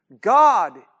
God